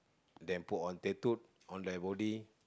they put on tattoo on their body